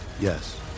Yes